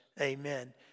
Amen